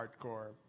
hardcore